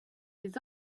les